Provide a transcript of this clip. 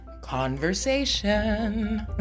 conversation